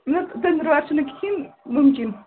نہَ ژٔنٛدر وار چھُنہٕ کِہیٖنٛۍ مُمکِن